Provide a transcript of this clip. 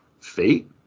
fate